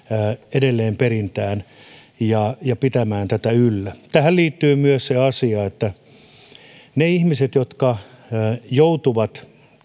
edelleenperintään ja ja pitämään tätä yllä tähän liittyy myös se asia että niille ihmisille jotka joutuvat